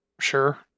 Sure